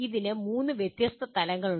ഇതിന് മൂന്ന് വ്യത്യസ്ത തലങ്ങളുണ്ട്